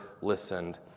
listened